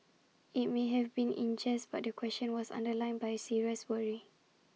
IT may have been in jest but the question was underlined by serious worry